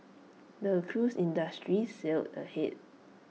the cruise industry sailed ahead